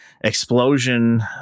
explosion